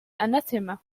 anathema